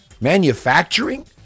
Manufacturing